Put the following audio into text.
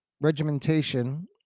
regimentation